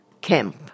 camp